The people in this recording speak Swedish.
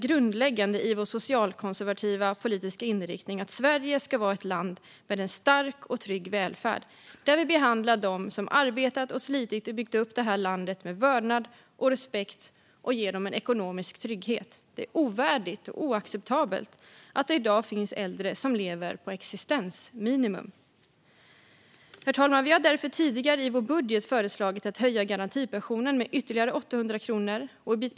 Grundläggande för oss i vår socialkonservativa politiska inriktning är ju att Sverige ska vara ett land med en stark och trygg välfärd, där vi behandlar dem som arbetat och slitit och byggt upp det här landet med vördnad och respekt och ger dem en ekonomisk trygghet. Det är ovärdigt och oacceptabelt att det i dag finns äldre som lever på existensminimum. Vi har därför tidigare i vår budget föreslagit en höjning av garantipensionen med ytterligare 800 kronor i månaden.